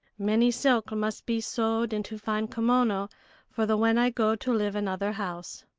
many silk must be sewed into fine kimono for the when i go to live in other house.